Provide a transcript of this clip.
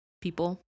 people